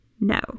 No